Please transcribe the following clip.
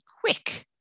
quick